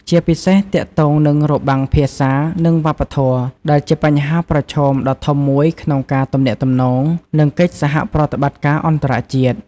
ជាពិសេសទាក់ទងនឹងរបាំងភាសា និងវប្បធម៌ ដែលជាបញ្ហាប្រឈមដ៏ធំមួយក្នុងការទំនាក់ទំនង និងកិច្ចសហប្រតិបត្តិការអន្តរជាតិ។